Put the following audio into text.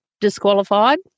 disqualified